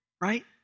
Right